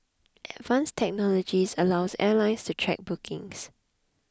advanced technology allows airlines to track bookings